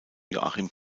joachim